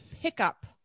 pickup